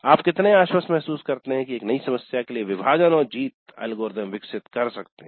आप कितने आश्वस्त महसूस करते हैं कि एक नई समस्या के लिए विभाजन और जीत एल्गोरिथम विकसित कर सकते हैं